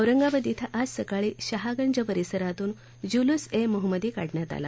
औरंगाबाद िक्षे आज सकाळी शहागंज परिसरातून जुलूस ए मोहम्मदी काढण्यात आला